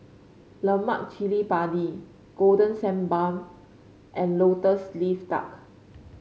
Lemak Cili Padi Golden Sand Bun and lotus leaf duck